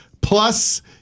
plus